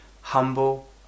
humble